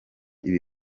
ibi